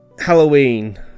Halloween